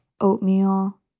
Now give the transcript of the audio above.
Oatmeal